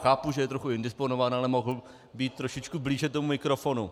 Chápu, že je trochu indisponován, ale mohl být trošičku blíže tomu mikrofonu.